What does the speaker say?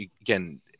again